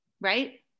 Right